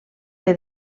que